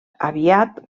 aviat